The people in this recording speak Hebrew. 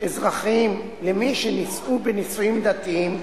אזרחיים למי שנישאו בנישואים דתיים,